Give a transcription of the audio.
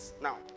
Now